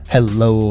Hello